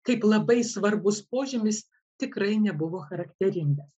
kaip labai svarbus požymis tikrai nebuvo charakteringas